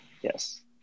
yes